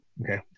Okay